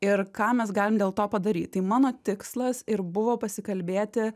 ir ką mes galim dėl to padaryt tai mano tikslas ir buvo pasikalbėti